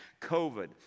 COVID